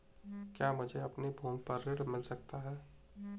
क्या मुझे अपनी भूमि पर ऋण मिल सकता है?